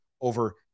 over